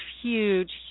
huge